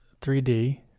3D